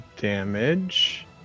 damage